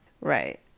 Right